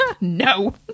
No